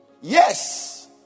Yes